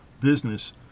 business